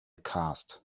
cast